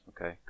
okay